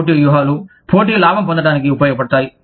పోటీ వ్యూహాలు పోటీ లాభం పొందటానికి ఉపయోగపడతాయి